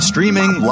Streaming